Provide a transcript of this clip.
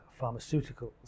pharmaceuticals